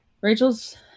Rachel's